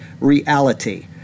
reality